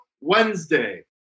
Wednesday